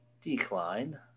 Decline